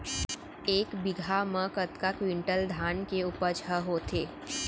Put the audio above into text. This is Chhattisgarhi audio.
एक बीघा म कतका क्विंटल धान के उपज ह होथे?